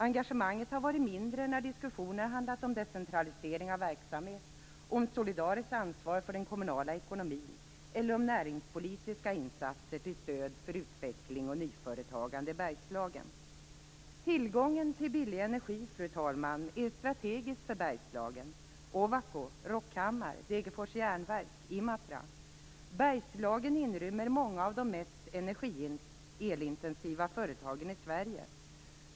Engagemanget har varit mindre när diskussionen handlat om decentralisering av verksamhet, solidariskt ansvar för den kommunala ekonomin eller näringspolitiska insatser till stöd för utveckling och nyföretagande i Bergslagen. Fru talman! Tillgången till billig energi är strategisk för Bergslagen. OVAKO Steel, Rockhammars Bergslagen rymmer många av de mest elintensiva företagen i Sverige.